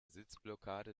sitzblockade